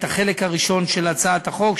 את החלק הראשון של הצעת החוק,